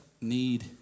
need